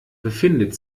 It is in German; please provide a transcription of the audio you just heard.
befindet